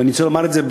ואני רוצה לומר את זה,